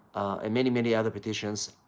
and many, many other petitions,